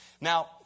Now